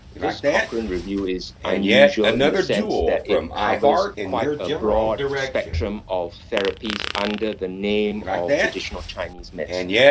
this cochrane review is unusual in the sense that it covers quite a broad spectrum of therapies under the name of traditional chinese medicine.